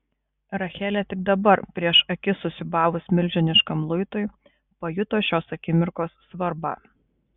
rachelė tik dabar prieš akis susiūbavus milžiniškam luitui pajuto šios akimirkos svarbą